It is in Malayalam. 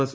എസ്